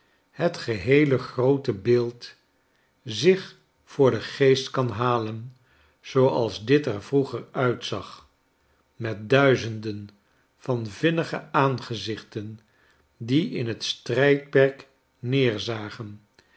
het geheele groote beeld zich voor den geest kan halen zooals dit er vroeger uitzag met duizenden van vinnige aangezichten die in het strijdperk neerzagen